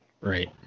Right